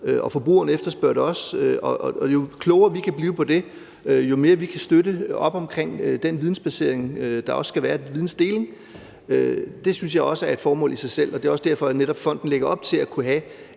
og forbrugerne efterspørger det også. At vi kan blive klogere og støtte op omkring det vidensbaserede og videndelingsmæssige synes jeg også er et formål i sig selv. Det er også derfor, at fonden netop lægger op til at kunne have